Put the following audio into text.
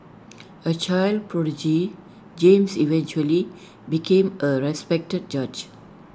A child prodigy James eventually became A respected judge